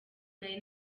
nari